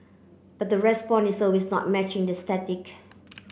but the response is always not matching that statistic